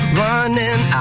running